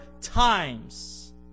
times